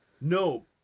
No